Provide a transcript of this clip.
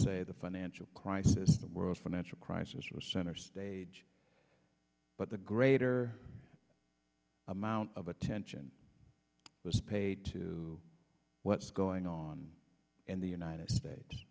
say the financial crisis the world financial crisis was center stage but the greater amount of attention was paid to what's going on in the united